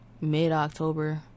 mid-October